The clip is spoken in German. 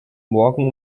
morgen